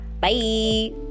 bye